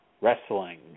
wrestling